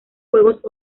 juegos